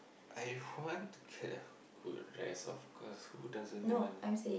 I want to care rest of course who doesn't want